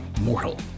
mortal